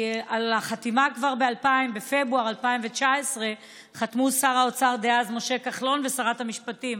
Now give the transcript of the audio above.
כי בפברואר 2019 חתמו שר האוצר דאז משה כחלון ושרת המשפטים